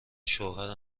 شوهر